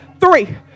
three